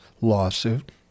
lawsuit